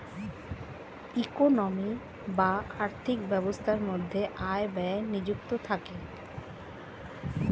economy বা আর্থিক ব্যবস্থার মধ্যে আয় ব্যয় নিযুক্ত থাকে